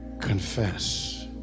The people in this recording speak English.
confess